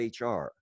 HR